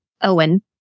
owen